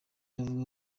avuga